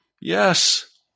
Yes